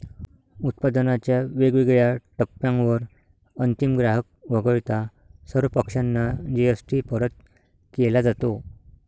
उत्पादनाच्या वेगवेगळ्या टप्प्यांवर अंतिम ग्राहक वगळता सर्व पक्षांना जी.एस.टी परत केला जातो